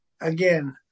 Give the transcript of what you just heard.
again